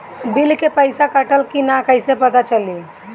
Bill के पइसा कटल कि न कइसे पता चलि?